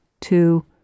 two